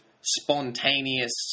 spontaneous